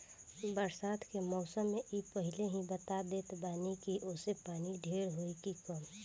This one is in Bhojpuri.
बरसात के मौसम में इ पहिले ही बता देत बाने की असो पानी ढेर होई की कम